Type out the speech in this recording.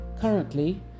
currently